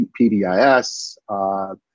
PDIS